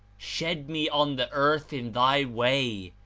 shed me on the earth in thy way,